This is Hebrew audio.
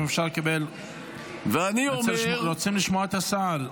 אנחנו רוצים לשמוע את השר.